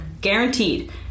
Guaranteed